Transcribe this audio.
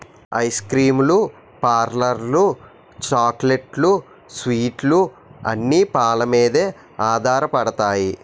ice cream లు పార్లర్లు చాక్లెట్లు స్వీట్లు అన్ని పాలమీదే ఆధారపడతాయి